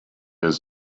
his